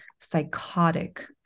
psychotic